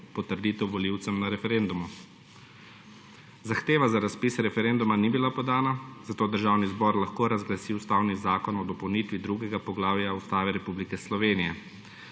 potrditev volivcem na referendumu. Zahteva za razpis referenduma ni bila podana, zato Državni zbor lahko razglasi Ustavni zakon o dopolnitvi II. poglavja Ustave Republike Slovenije.